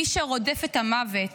מי שרודף את המוות